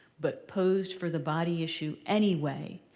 but posed for the body issue anyway.